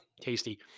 tasty